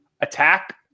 attack